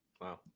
Wow